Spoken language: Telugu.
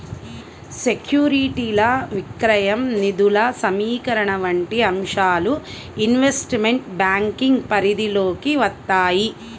సెక్యూరిటీల విక్రయం, నిధుల సమీకరణ వంటి అంశాలు ఇన్వెస్ట్మెంట్ బ్యాంకింగ్ పరిధిలోకి వత్తాయి